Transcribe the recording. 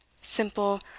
simple